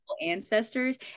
ancestors